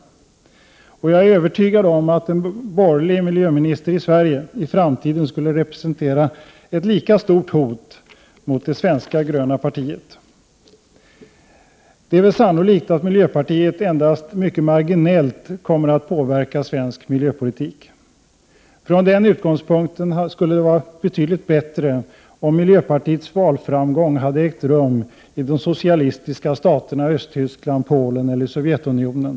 Och jag är övertygad om att en borgerlig miljöminister i Sverige i framtiden skulle representera ett lika stort hot mot det svenska gröna partiet. Det är väl sannolikt att miljöpartiet endast mycket marginellt kommer att påverka svensk miljöpolitik. Från den utgångspunkten skulle det ha varit betydligt bättre om miljöpartiets valframgång hade ägt rum i de socialistiska staterna Östtyskland, Polen eller i Sovjetunionen.